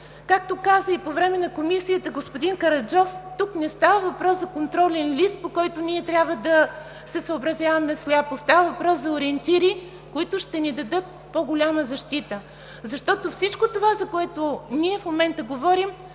както каза и по време на Комисията господин Караджов – тук не става въпрос за контролен лист, по който ние трябва да се съобразяваме сляпо, става въпрос за ориентири, които ще ни дадат по-голяма защита. Защото всичко това, за което ние в момента говорим,